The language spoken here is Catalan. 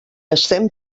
estem